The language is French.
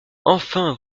enfin